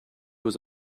was